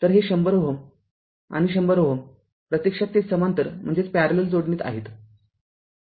तर हे १००Ω आणि १००Ω प्रत्यक्षात ते समांतर जोडणीत आहेत